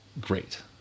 great